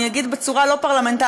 אני אגיד בצורה לא פרלמנטרית,